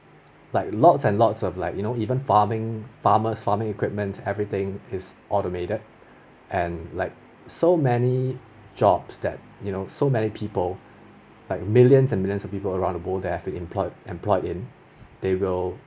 like lots and lots of like you know even farming farmers farming equipment everything is automated and like so many jobs that you know so many people like millions and millions of people around the world that have been employed employed in they will